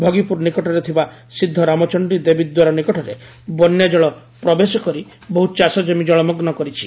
ଭଗିପୁର ନିକଟରେ ଥିବା ସିଦ୍ଧ ରାମଚଣ୍ଡୀ ଦେବୀଦ୍ୱାର ନିକଟରେ ବନ୍ୟାଜଳ ପ୍ରବେଶ କରି ବହୁ ଚାଷଜମି ଜଳମଗୁ ହୋଇଛି